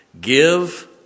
give